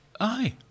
Aye